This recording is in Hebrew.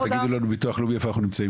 אז תגידו לנו ביטוח לאומי איפה אנחנו נמצאים,